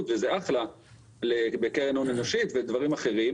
וזה אחלה בקרן הון אנושי ודברים אחרים,